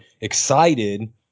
excited